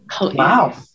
wow